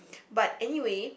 but anyway